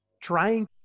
trying